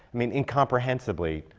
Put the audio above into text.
mean, incomprehensibly,